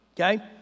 okay